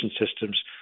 systems